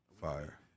Fire